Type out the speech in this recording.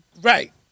Right